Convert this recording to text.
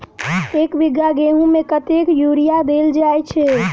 एक बीघा गेंहूँ मे कतेक यूरिया देल जाय छै?